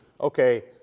okay